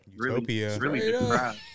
Utopia